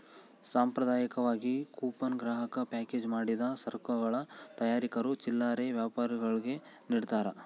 ಸಾಂಪ್ರದಾಯಿಕವಾಗಿ ಕೂಪನ್ ಗ್ರಾಹಕ ಪ್ಯಾಕೇಜ್ ಮಾಡಿದ ಸರಕುಗಳ ತಯಾರಕರು ಚಿಲ್ಲರೆ ವ್ಯಾಪಾರಿಗುಳ್ಗೆ ನಿಡ್ತಾರ